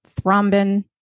thrombin